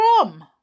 from